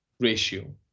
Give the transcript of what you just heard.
Ratio